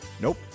Nope